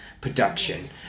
production